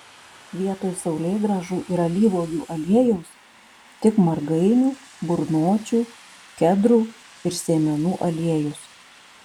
vietoj saulėgrąžų ir alyvuogių aliejaus tik margainių burnočių kedrų ir sėmenų aliejus